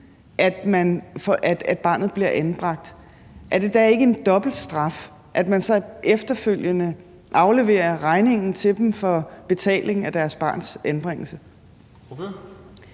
at barnet bliver anbragt, ikke en dobbeltstraf, at man så efterfølgende afleverer regningen til dem for betaling af deres barns anbringelse?